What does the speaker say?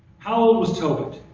how old was tobit